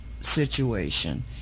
situation